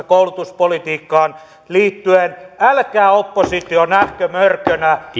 koulutuspolitiikkaan liittyen älkää oppositio nähkö mörkönä